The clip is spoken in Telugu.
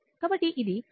కాబట్టి ఇది 1